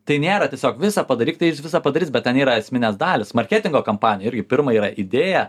tai nėra tiesiog visą padaryk tai jis visą padarys bet ten yra esminės dalys marketingo kampanijoj irgi pirma yra idėja